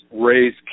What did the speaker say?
raise